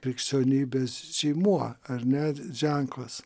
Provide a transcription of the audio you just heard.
krikščionybės žymuo ar ne ženklas